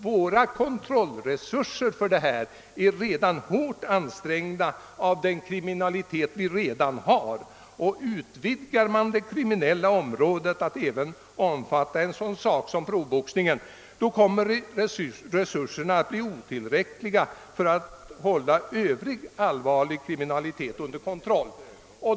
Våra kontrollresurser är redan hårt ansträngda av den kriminalitet vi redan har. Utvidgar man det kriminella området till att omfatta även en sådan sak som proffsboxningen, kommer resurserna att bli otillräckliga för att hålla övrig, allvarlig kriminalitet under kontroll.